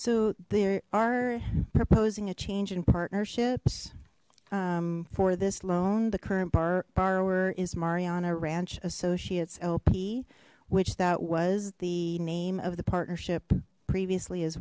so there are proposing a change in partnerships for this loan the current bar borrower is mariana ranch associates lp which that was the name of the partnership previously as